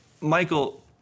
Michael